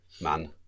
man